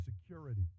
security